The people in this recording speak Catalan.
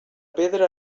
pedra